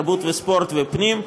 משרד התרבות והספורט ומשרד הפנים,